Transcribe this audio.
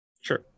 Sure